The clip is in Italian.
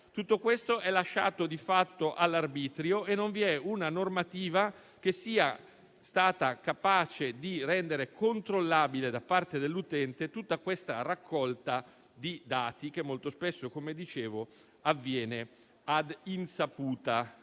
Tutto questo è lasciato di fatto all'arbitrio e non vi è una normativa che sia stata capace di rendere controllabile da parte dell'utente tutta questa raccolta di dati che molto spesso, come dicevo, avviene ad insaputa